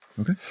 Okay